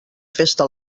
festa